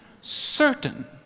Certain